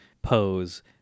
pose